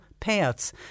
payouts